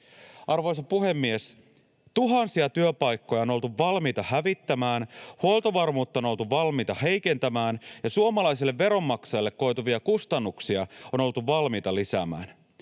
Arvoisa puhemies! Tuhansia työpaikkoja on oltu valmiita hävittämään, huoltovarmuutta on oltu valmiita heikentämään ja suomalaisille veronmaksajille koituvia kustannuksia on oltu valmiita lisäämään.